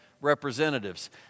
representatives